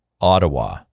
Ottawa